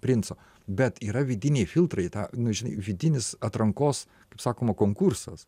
princo bet yra vidiniai filtrai tą nu žinai vidinis atrankos kaip sakoma konkursas